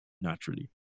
naturally